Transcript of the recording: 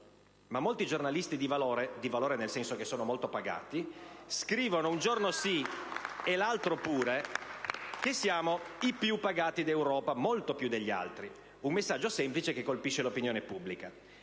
Ma molti giornalisti di valore - di valore nel senso che sono molto pagati *(Applausi dal Gruppo PdL)*- scrivono un giorno sì e l'altro pure che siamo i più pagati d'Europa, molto più pagati degli altri. Un messaggio semplice, che colpisce l'opinione pubblica.